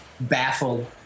baffled